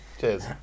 Cheers